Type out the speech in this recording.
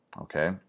okay